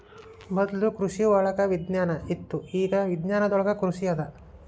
ಮೊದ್ಲು ಕೃಷಿವಳಗ ವಿಜ್ಞಾನ ಇತ್ತು ಇಗಾ ವಿಜ್ಞಾನದೊಳಗ ಕೃಷಿ ಅದ